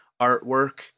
artwork